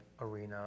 arena